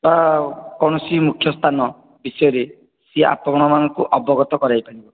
ବା କୌଣସି ମୁଖ୍ୟ ସ୍ଥାନ ବିଷୟରେ ସେ ଆପଣ ମାନଙ୍କୁ ଅବଗତ କରାଇ ପାରିବେ